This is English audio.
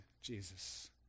Jesus